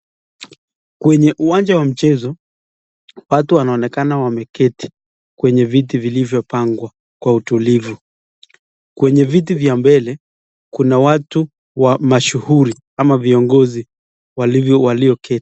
Kwenye uwanja wa mchezo, watu wanaonekana wameketi kwenye viti vilivyopangwa kwa utulivu, kwenye viti vya mbele kuna watu mashuhuri ama viongozi walioketi.